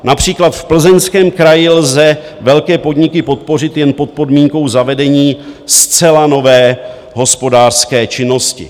Například v Plzeňském kraji lze velké podniky podpořit jen pod podmínkou zavedení zcela nové hospodářské činnosti.